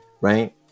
right